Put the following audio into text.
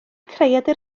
creadur